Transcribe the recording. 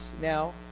now